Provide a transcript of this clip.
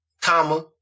comma